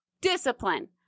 Discipline